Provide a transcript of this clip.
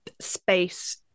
space